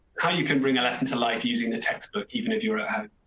how you can bring a lesson to life using the textbook. even if you're at